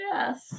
Yes